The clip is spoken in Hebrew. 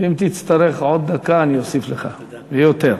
אם תצטרך עוד דקה, אני אוסיף לך, ויותר.